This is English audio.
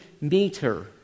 meter